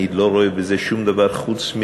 אני לא רואה בזה שום דבר חוץ,